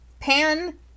pan